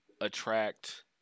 attract